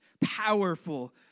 powerful